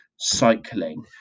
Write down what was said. cycling